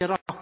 med